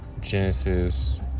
Genesis